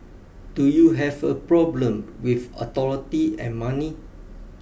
do you have a problem with authority and money